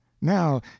Now